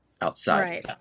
outside